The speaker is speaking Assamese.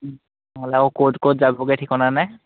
নহ'লে আকৌ ক'ত ক'ত যাবগৈ ঠিকনা নাই